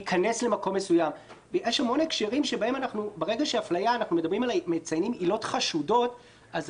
ברגע שאנחנו מציינים עילות חשודות בנוגע לאפליה,